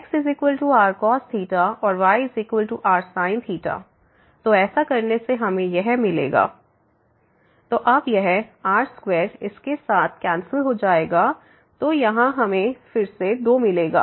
xrcos और yrsin तो ऐसा करने से हमें 2x43y4x2y2 2r4 3r4 r2 तो अब यह r2 इसके साथ कैंसिल हो जाएगा तो यहाँ भी हमें 2 मिलेगा